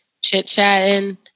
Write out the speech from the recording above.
chit-chatting